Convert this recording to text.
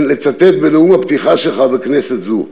לצטט בנאום הפתיחה שלך בכנסת זו,